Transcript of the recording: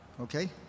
Okay